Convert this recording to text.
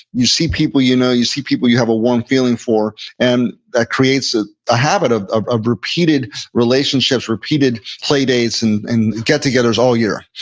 you see people you know. you see people you have a warm feeling for. and that creates ah a habit of of repeated relationships, repeated playdates and and get-togethers all year.